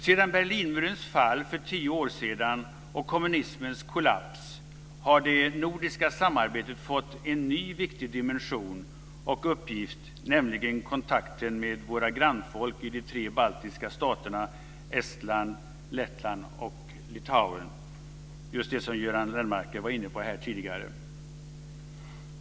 Sedan Berlinmurens fall för tio år sedan och kommunismens kollaps har det nordiska samarbetet fått en ny viktig dimension och uppgift, nämligen kontakten med våra grannfolk i de tre baltiska staterna Estland, Lettland och Litauen, som Göran Lennmarker tidigare här var inne på.